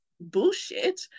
bullshit